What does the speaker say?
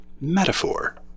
metaphor